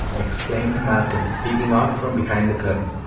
exclaimed malcolm, peeping out from behind the curtain.